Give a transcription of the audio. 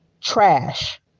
trash